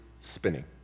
spinning